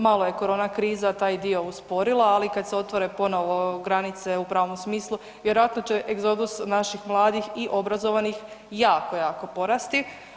Malo je korona kriza taj dio usporila, ali kada se otvore ponovo granice u pravom smislu vjerojatno će egzodus naših mladih i obrazovanih jako, jako porasti.